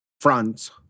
France